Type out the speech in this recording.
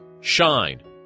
shine